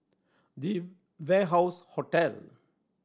The Warehouse Hotel